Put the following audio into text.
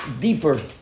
deeper